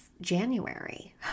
January